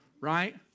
Right